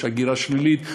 יש הגירה שלילית.